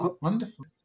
wonderful